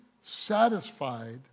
satisfied